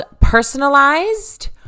Personalized